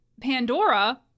Pandora